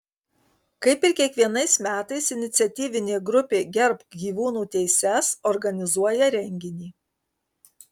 kaip ir kiekvienais metais iniciatyvinė grupė gerbk gyvūnų teises organizuoja renginį